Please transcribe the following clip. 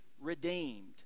redeemed